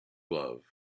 glove